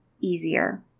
easier